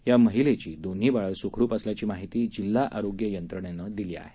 या महिलेची दोन्ही बाळं सुखरूप असल्याची माहिती जिल्हा आरोग्य यंत्रणेनं दिली आहे